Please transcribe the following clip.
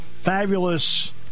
Fabulous